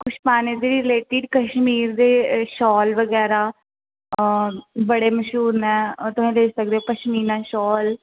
कुछ पाने दे रलेटिड कश्मीर दे शाल बगैरा अऽ बड़े मश्हूर न ओह् तुस लेई सकदे ओ पशमीना शॉल